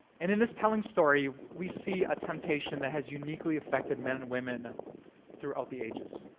and in this telling story, we see a temptation that has uniquely affected men and women throughout the ages.